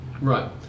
Right